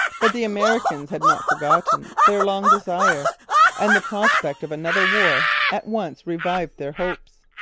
but the americans had not forgotten their long desire and the prospect of another war at once revived their hopes.